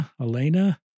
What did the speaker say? Elena